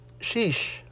sheesh